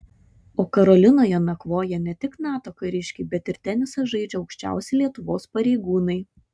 o karolinoje nakvoja ne tik nato kariškiai bet ir tenisą žaidžia aukščiausi lietuvos pareigūnai